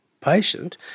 patient